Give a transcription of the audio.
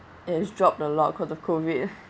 it has dropped a lot because of the COVID